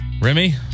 Remy